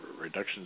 reductions